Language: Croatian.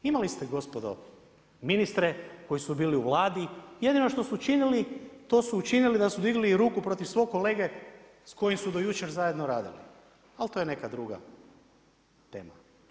Imali ste gospodo, ministre koji su bili u Vladi, jedino što su učinili to su učinili da su digli ruku protiv svog kolege s kojim su do jučer zajedno radili ali to je neka druga tema.